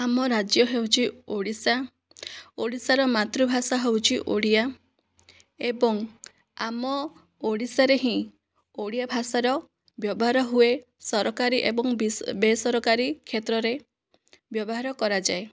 ଆମ ରାଜ୍ୟ ହେଉଛି ଓଡ଼ିଶା ଓଡ଼ିଶାର ମାତୃ ଭାଷା ହେଉଛି ଓଡ଼ିଆ ଏବଂ ଆମ ଓଡ଼ିଶାରେ ହିଁ ଓଡ଼ିଆ ଭାଷାର ବ୍ୟବହାର ହୁଏ ସରକାରୀ ଏବଂ ବେସରକାରୀ କ୍ଷେତ୍ରରେ ବ୍ୟବହାର କରାଯାଏ